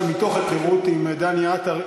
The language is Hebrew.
שמתוך היכרות עם דני עטר,